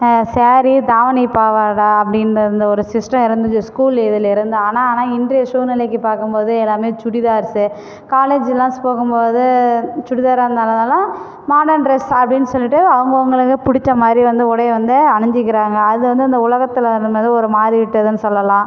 சாரீ தாவணி பாவாடை அப்படின்ற அந்த ஒரு சிஸ்டம் இருந்துச்சு ஸ்கூல் இதுலேயிருந்து ஆனால் ஆனால் இன்றைய சூழ்நெலைக்கி பாக்கும்போது எல்லாம் சுடிதார்ஸ் காலேஜ்லாம் போகும்போது சுடிதாராக இருந்ததினால மாடன் ட்ரெஸ் அப்டின்னு சொல்லிட்டு அவங்க அவங்ளுக்கு புடிச்ச மாதிரி வந்து உடையை வந்து அணிஞ்சிக்கிறாங்க அது வந்து இந்த உலகத்தில் அது வந்து ஒரு மாறி விட்டதுனு சொல்லலாம்